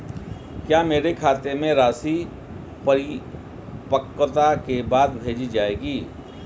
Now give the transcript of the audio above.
क्या मेरे खाते में राशि परिपक्वता के बाद भेजी जाएगी?